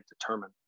determine